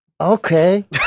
Okay